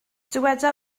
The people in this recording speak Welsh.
dyweda